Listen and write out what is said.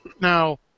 Now